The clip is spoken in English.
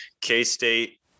K-State